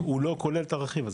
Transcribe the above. הוא לא כולל את הרכיב הזה.